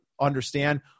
understand